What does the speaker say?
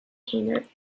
hangar